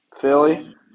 Philly